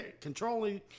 controlling